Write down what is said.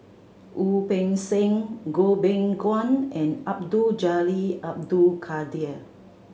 Wu Peng Seng Goh Beng Kwan and Abdul Jalil Abdul Kadir